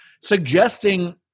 suggesting